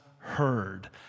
Heard